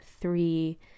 three